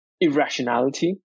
irrationality